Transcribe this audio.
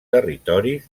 territoris